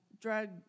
drug